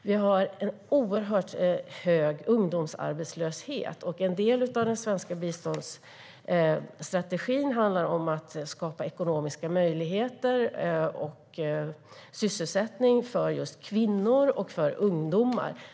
De har en oerhört hög ungdomsarbetslöshet, och en del av den svenska biståndsstrategin handlar om att skapa ekonomiska möjligheter och sysselsättning för just kvinnor och ungdomar.